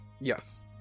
Yes